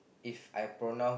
If I pronoun~